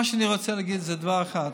מה שאני רוצה להגיד זה דבר אחד.